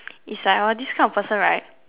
it's like hor this kind of person right